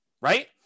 Right